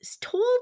told